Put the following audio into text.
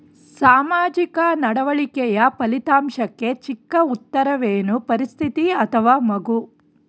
ಸಾಮಾಜಿಕ ನಡವಳಿಕೆಯ ಫಲಿತಾಂಶಕ್ಕೆ ಚಿಕ್ಕ ಉತ್ತರವೇನು? ಪರಿಸ್ಥಿತಿ ಅಥವಾ ಮಗು?